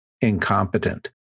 incompetent